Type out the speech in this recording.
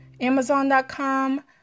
Amazon.com